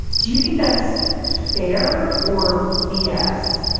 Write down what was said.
do you think that's fair or b s?